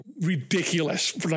ridiculous